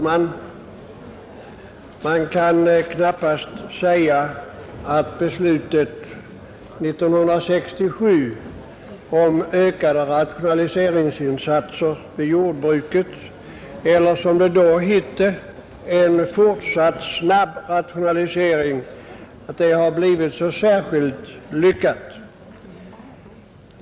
Fru talman! Man kan knappast säga att resultatet av beslutet 1967 om ökade rationaliseringsinsatser i jordbruket eller, som det då hette, en fortsatt snabb rationalisering har blivit så särskilt lyckat.